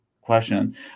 question